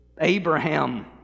Abraham